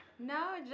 no